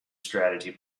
strategy